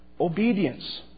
obedience